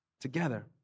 Together